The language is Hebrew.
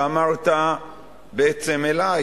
שאמרת בעצם אלי,